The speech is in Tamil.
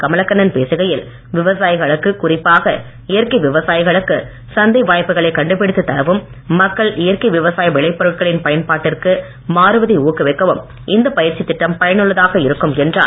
கமலக்கண்ணன் பேசுகையில் விவசாயிகளுக்கு குறிப்பாக இயற்கை விவசாயிகளுக்கு சந்தை வாய்ப்புகளை கண்டுபிடித்து தரவும் மக்கள் இயற்கை விவசாய விளை பொருட்களின் பயன்பாட்டிற்கு மாறுவதை ஊக்குவிக்கவும் இந்த பயிற்சி திட்டம் பயனுள்ளதாக இருக்கும் என்றார்